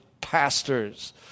pastors